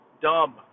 Dumb